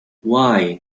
why